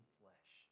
flesh